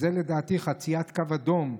זו לדעתי חציית קו אדום.